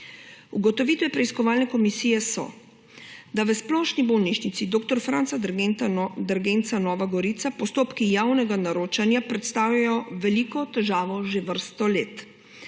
Ugotovitve preiskovalne komisije so, da v Splošni bolnišnici dr. Franca Derganca Nova Gorica postopki javnega naročanja predstavljajo veliko težavo že vrsto let.